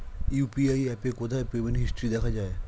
UPI অ্যাপে কোথায় payment history দেখা যায়?